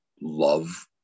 love